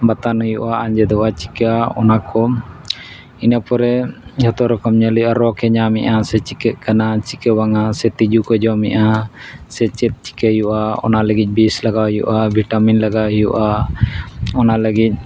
ᱵᱟᱛᱟᱱ ᱦᱩᱭᱩᱜᱼᱟ ᱟᱡᱮᱫᱚᱜᱼᱟ ᱪᱤᱠᱟᱹᱜᱼᱟ ᱚᱱᱟ ᱠᱚ ᱤᱱᱟᱹ ᱯᱚᱨᱮ ᱡᱷᱚᱛᱚ ᱨᱚᱠᱚᱢ ᱧᱮᱞ ᱦᱩᱭᱩᱜᱼᱟ ᱨᱳᱜᱽ ᱮ ᱧᱟᱢᱮᱜᱼᱟ ᱥᱮ ᱪᱤᱠᱟᱹᱜ ᱠᱟᱱᱟ ᱪᱤᱠᱟᱹ ᱵᱟᱝᱟ ᱥᱮ ᱛᱤᱡᱩ ᱠᱚ ᱡᱚᱢᱮᱜᱼᱟ ᱥᱮ ᱪᱮᱫ ᱪᱤᱠᱟᱹᱭ ᱦᱩᱭᱩᱜᱼᱟ ᱚᱱᱟ ᱞᱟᱹᱜᱤᱫ ᱵᱤᱥ ᱞᱟᱜᱟᱣ ᱦᱩᱭᱩᱜᱼᱟ ᱵᱷᱤᱴᱟᱢᱤᱱ ᱞᱟᱜᱟᱣ ᱦᱩᱭᱩᱜᱼᱟ ᱚᱱᱟ ᱞᱟᱹᱜᱤᱫ